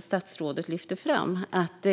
Statsrådet lyfte fram det faktum att